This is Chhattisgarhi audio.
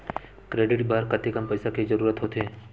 क्रेडिट बर कतेकन पईसा के जरूरत होथे?